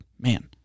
man